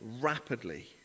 rapidly